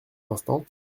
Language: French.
instant